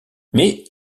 mais